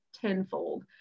tenfold